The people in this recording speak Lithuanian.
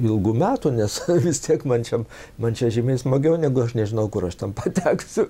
ilgų metų nes vis tiek man čia man čia žymiai smagiau negu aš nežinau kur aš ten pateksiu